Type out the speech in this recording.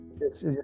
Yes